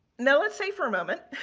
now, let's say for a moment,